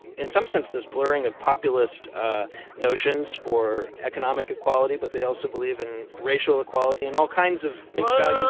in some sense, this blurring of populist ah notions for economic equality. but they also believe in racial equality and all kinds of things. yeah yeah